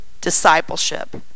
discipleship